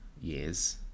years